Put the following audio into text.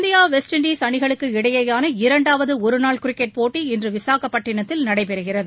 India West Indies அணிகளுக்கு இடையேயான இரண்டாவது ஒருநாள் கிரிக்கெட் போட்டி இன்று விசாகப்பட்டினத்தில் நடைபெறுகிறது